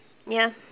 ya